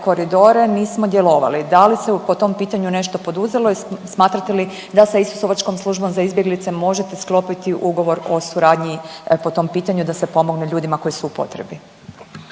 koridore nismo djelovali. Da li se po tom pitanju nešto poduzelo i smatrate li da sa Isusovačkom službom za izbjeglice možete sklopiti ugovor o suradnji po tom pitanju da se pomogne ljudima koji su u potrebi?